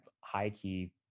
high-key